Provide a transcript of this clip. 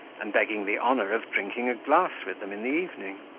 and begging the honour of drinking a glass with them in the evening.